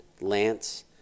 Lance